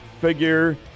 figure